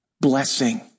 blessing